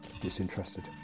disinterested